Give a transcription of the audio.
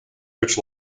rich